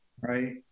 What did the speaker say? right